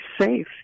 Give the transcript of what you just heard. safe